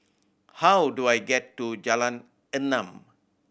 how do I get to Jalan Enam